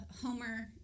homer